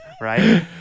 Right